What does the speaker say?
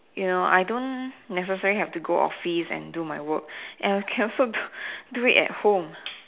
you know I don't necessary have to go office and do my work and I can also do it at home